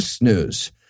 News